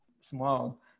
small